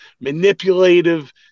manipulative